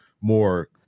more